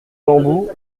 bambous